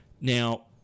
Now